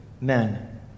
men